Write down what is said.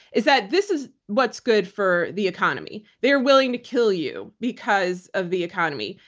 is that this is what's good for the economy. they are willing to kill you because of the economy.